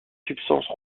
substances